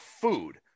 food